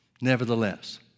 nevertheless